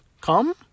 come